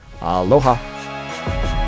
aloha